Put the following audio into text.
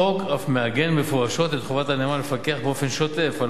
החוק אף מעגן מפורשות את חובת הנאמן לפקח באופן שוטף על